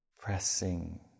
pressing